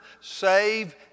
save